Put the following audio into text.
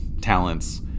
talents